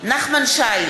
נחמן שי,